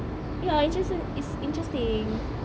ya I just it's interesting